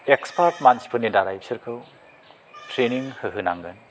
expert मानसिफोरनि दारै बिसोरखौ ट्रेनिं होहो नांगोन